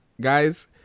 guys